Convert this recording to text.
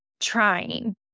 trying